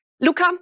Luca